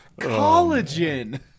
collagen